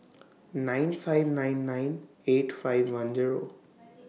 nine five nine nine eight five one Zero